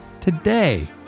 today